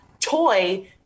toy